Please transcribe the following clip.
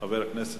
חבר הכנסת